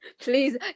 Please